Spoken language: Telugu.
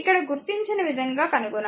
ఇక్కడ గుర్తించిన విధంగా కనుగొనాలి